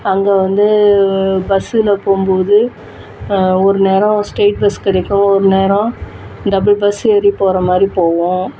அங்கே வந்து பஸ்ஸில் போகும்போது ஒரு நேரம் ஸ்ரைட் பஸ் கிடைக்கும் ஒரு நேரம் டபுள் பஸ் ஏறிப் போகிற மாதிரிப் போவோம்